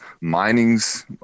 mining's